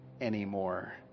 anymore